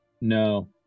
No